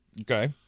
okay